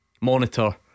Monitor